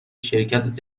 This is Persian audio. شرکت